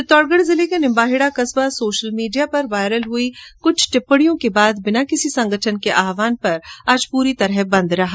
चित्तौड़गढ जिले का निम्बाहेड़ा कस्बा सोशल मीडिया पर वाइरल हुई कुछ टिप्पणियों के बाद बिना किसी संगठन के आहवान पर आज पूरी तरह बंद रहा